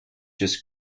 just